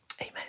amen